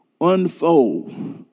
unfold